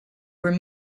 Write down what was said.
were